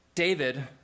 David